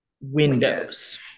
windows